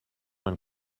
man